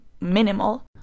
minimal